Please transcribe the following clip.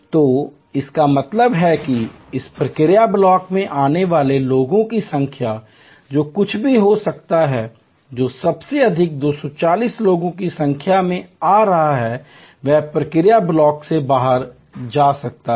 तो इसका मतलब है कि इस प्रक्रिया ब्लॉक में आने वाले लोगों की संख्या जो कुछ भी हो सकता है जो सबसे अधिक 240 लोगों की संख्या में आ रहा है वह प्रक्रिया ब्लॉक से बाहर जा सकता है